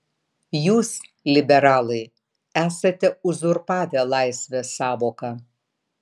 jūs liberalai esate uzurpavę laisvės sąvoką